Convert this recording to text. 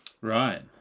Right